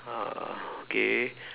ah okay